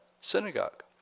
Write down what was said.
synagogue